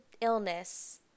illness